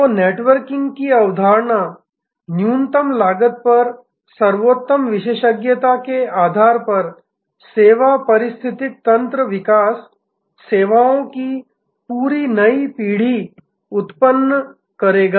तो नेटवर्किंग की अवधारणा न्यूनतम लागत पर सर्वोत्तम विशेषज्ञता के आधार पर सेवा पारिस्थितिकी तंत्र विकास सेवाओं की पूरी नई पीढ़ी उत्पन्न करेगा